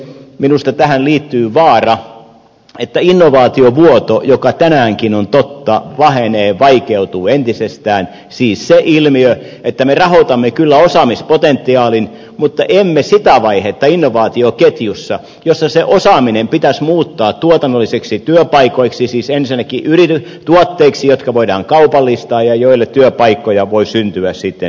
minusta tähän liittyy vaara että innovaatiovuoto joka tänäänkin on totta vaikeutuu entisestään siis se ilmiö että me rahoitamme kyllä osaamispotentiaalin mutta emme sitä vaihetta innovaatioketjussa jossa se osaaminen pitäisi muuttaa tuotannollisiksi työpaikoiksi siis ensinnäkin tuotteiksi jotka voidaan kaupallistaa ja joilla työpaikkoja voi syntyä sitten suomeen